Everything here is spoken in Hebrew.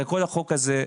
הרי כל החוק הזה,